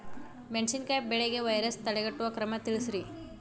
ಮೆಣಸಿನಕಾಯಿ ಬೆಳೆಗೆ ವೈರಸ್ ತಡೆಗಟ್ಟುವ ಕ್ರಮ ತಿಳಸ್ರಿ